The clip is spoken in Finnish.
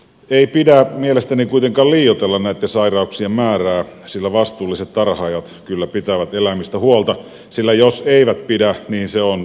ei pidä mielestäni kuitenkaan liioitella näitten sairauksien määrää sillä vastuulliset tarhaajat kyllä pitävät eläimistä huolta sillä jos eivät pidä niin se on tilipussista pois